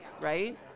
right